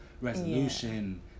resolution